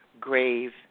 grave